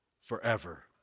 forever